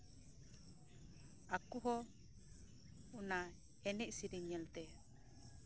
ᱟᱨ ᱟᱠᱚ ᱦᱚᱸ ᱚᱱᱟ ᱮᱱᱮᱡ ᱥᱮᱨᱮᱧ ᱧᱮᱞᱛᱮ